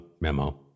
memo